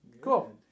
cool